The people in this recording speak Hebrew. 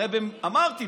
הרי אמרתי,